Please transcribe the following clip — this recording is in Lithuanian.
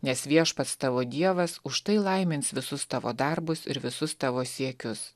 nes viešpats tavo dievas už tai laimins visus tavo darbus ir visus tavo siekius